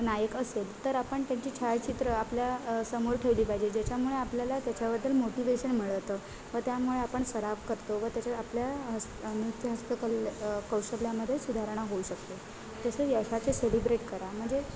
नायक असेल तर आपण त्यांची छायाचित्र आपल्या समोर ठेवली पाहिजे ज्याच्यामुळे आपल्याला त्याच्याबद्दल मोटिवेशन मिळतं व त्यामुळे आपण सराव करतो व त्याच्यात आपल्या हस् नृत्य हस्तकला कौशल्यामध्ये सुधारणा होऊ शकतो तसेच यशाचे सेलिब्रेट करा म्हणजे